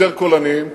יותר קולניים,